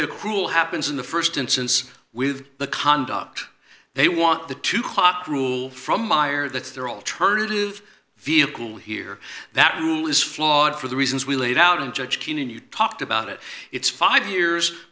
they're cruel happens in the st instance with the conduct they want the two clocks rule from meyer that's their alternative feel cool hear that rule is flawed for the reasons we laid out and judge keenan you talked about it it's five years